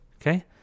okay